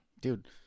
Dude